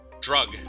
Drug